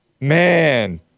Man